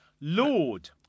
Lord